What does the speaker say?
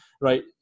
right